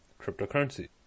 cryptocurrency